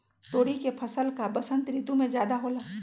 तोरी के फसल का बसंत ऋतु में ज्यादा होला?